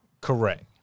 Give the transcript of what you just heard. Correct